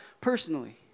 personally